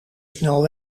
snel